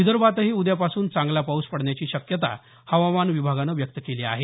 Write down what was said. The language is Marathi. विदर्भातही उद्यापासून चांगला पाऊस पडण्याची शक्यता हवामान विभागानं व्यक्त केली आहे